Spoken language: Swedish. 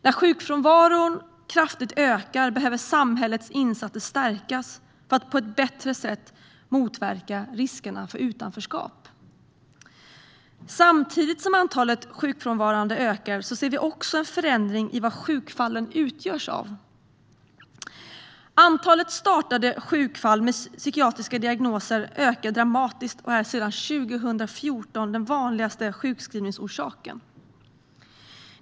När sjukfrånvaron kraftigt ökar behöver samhällets insatser stärkas för att på ett bättre sätt motverka riskerna för utanförskap. Samtidigt som antalet sjukfrånvarande ökar finns det också en förändring i vad sjukfallen utgörs av. Antalet startade sjukfall med psykiatriska diagnoser ökar dramatiskt och är sedan 2014 den vanligaste sjukskrivningsorsaken.